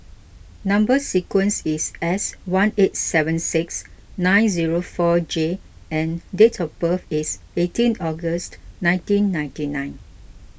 Number Sequence is S one eight seven six nine zero four J and date of birth is eighteen August nineteen ninety nine